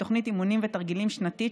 לפני כמה ימים הפגינו פה,